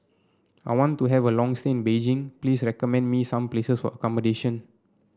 I want to have a long stay in Beijing Please recommend me some places for accommodation